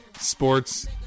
sports